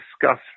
discuss